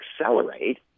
accelerate